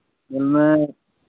ᱧᱮᱞ ᱢᱮ